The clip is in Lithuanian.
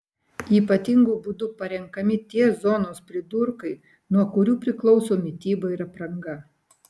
ypatingu būdu parenkami tie zonos pridurkai nuo kurių priklauso mityba ir apranga